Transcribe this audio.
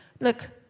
Look